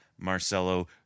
Marcelo